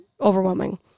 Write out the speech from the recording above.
overwhelming